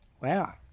Wow